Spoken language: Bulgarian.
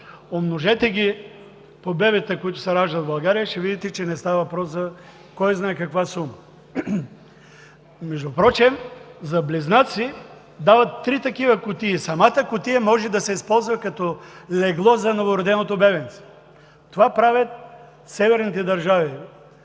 Умножете ги по бебетата, които се раждат в България, и ще видите, че не става въпрос за кой знае каква сума. Между другото, за близнаци дават три такива кутии. Самата кутия може да се използва за легло за новороденото бебенце. Това правят северните държави.